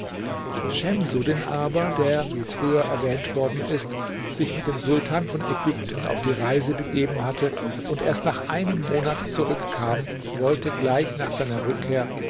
schemsuddin aber der wie früher erwähnt worden ist sich mit dem sultan von ägypten auf die reise begeben hatte und erst nach einem monat zurückkam wollte gleich nach seiner rückkehr